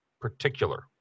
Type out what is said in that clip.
particular